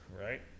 Right